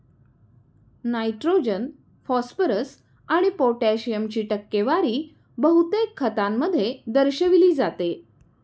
nitrogen, phosphorus आणि पोटॅशियमची टक्केवारी बहुतेक खतांमध्ये दर्शविली जाते